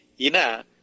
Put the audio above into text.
Ina